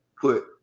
put